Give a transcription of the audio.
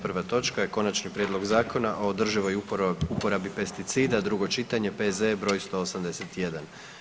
Prva točka je: - Konačni prijedlog Zakona o održivoj uporabi pesticida, drugo čitanje, P.Z.E. br. 181.